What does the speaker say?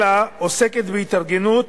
אלא עוסקת בהתארגנות